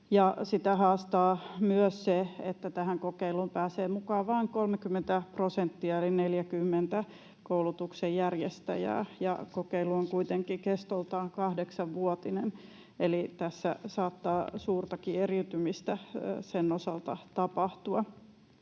Sitä haastaa myös se, että tähän kokeiluun pääsee mukaan vain 30 prosenttia eli 40 koulutuksen järjestäjää, ja kokeilu on kuitenkin kestoltaan kahdeksanvuotinen, eli tässä saattaa suurtakin eriytymistä sen osalta tapahtua.